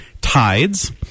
tides